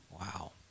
Wow